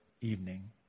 evening